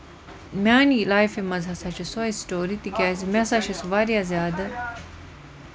میانہِ لایفہِ منٛز ہسا چھِ سۄے سٔٹوری تِکیاز مےٚ ہسا چھُ سُہ واریاہ زیادٕ